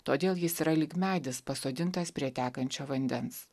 todėl jis yra lyg medis pasodintas prie tekančio vandens